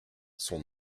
sont